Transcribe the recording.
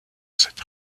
cette